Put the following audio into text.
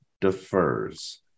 defers